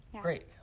great